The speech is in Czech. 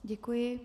Děkuji.